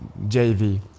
JV